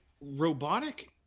robotic